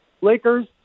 Lakers